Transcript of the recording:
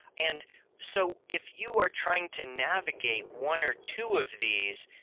and so if you are trying to navigate one or two of these,